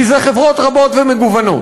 כי אלה חברות רבות ומגוונות.